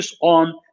on